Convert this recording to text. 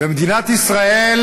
ומדינת ישראל